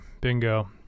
Bingo